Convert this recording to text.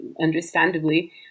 understandably